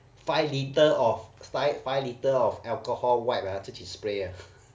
five litre of five litre of alcohol wipe ah 自己 spray